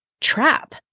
trap